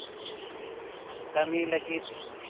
ᱠᱟᱢᱤ ᱞᱟᱜᱤᱫ